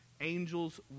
angels